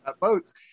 votes